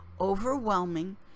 overwhelming